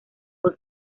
fue